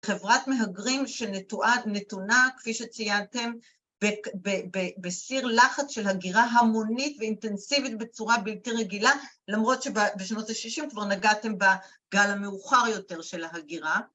‫חברת מהגרים שנתונה, כפי שציינתם, ‫בסיר לחץ של הגירה המונית ‫ואינטנסיבית בצורה בלתי רגילה, ‫למרות שבשנות ה-60 כבר נגעתם ‫בגל המאוחר יותר של ההגירה.